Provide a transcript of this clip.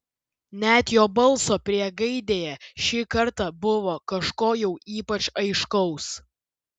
net jo balso priegaidėje šį kartą buvo kažko jau ypač aiškaus